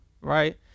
Right